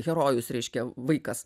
herojus reiškia vaikas